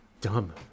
dumb